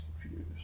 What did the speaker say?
confused